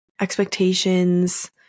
expectations